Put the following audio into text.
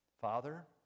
father